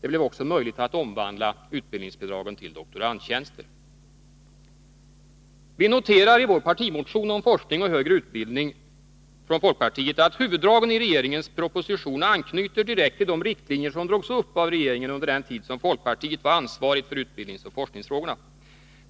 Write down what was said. Det blev också möjligt att omvandla utbildningsbidragen till doktorandtjänster. å Vi noterar i vår partimotion om forskning och högre utbildning att huvuddragen i regeringens proposition anknyter direkt till de riktlinjer som drogs upp av regeringen under den tid som folkpartiet var ansvarigt för utbildningsoch forskningsfrågorna.